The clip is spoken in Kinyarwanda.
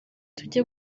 tujye